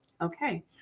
Okay